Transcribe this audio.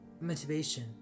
motivation